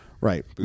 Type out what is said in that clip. right